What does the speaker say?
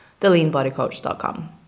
theleanbodycoach.com